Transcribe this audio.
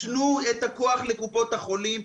תנו את הכוח לקופות החולים,